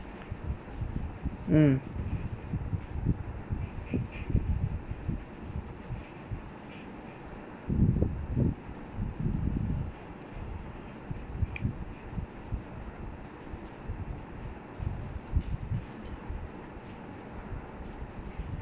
mm